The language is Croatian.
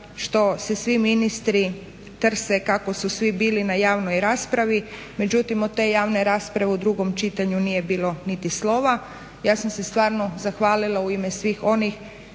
što se svi ministri trse kako su svi bili na javnoj raspravi. Međutim, od te javne rasprave u drugom čitanju nije bilo niti slova. Ja sam se stvarno zahvalila u ime svih onih